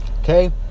okay